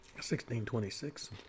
1626